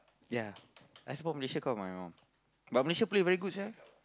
yeah I support Malaysia cause of my mum but Malaysia play very good sia